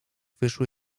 wyszły